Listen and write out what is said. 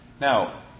Now